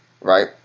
right